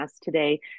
today